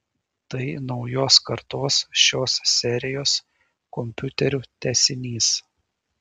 tai naujos kartos šios serijos kompiuterių tęsinys